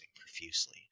profusely